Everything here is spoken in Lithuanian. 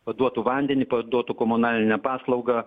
paduotų vandenį paduotų komunalinę paslaugą